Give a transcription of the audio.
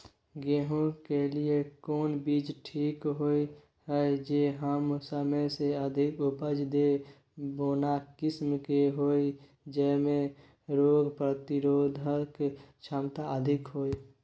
गेहूं के लिए कोन बीज ठीक होय हय, जे कम समय मे अधिक उपज दे, बौना किस्म के होय, जैमे रोग प्रतिरोधक क्षमता अधिक होय?